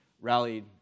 rallied